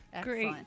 Great